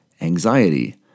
anxiety